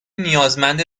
نیازمند